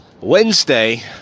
Wednesday